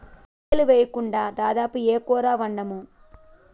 ఉల్లిపాయలు వేయకుండా దాదాపు ఏ కూర వండము